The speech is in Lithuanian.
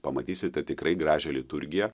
pamatysite tikrai gražią liturgiją